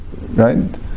right